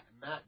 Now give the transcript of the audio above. Matt